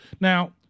Now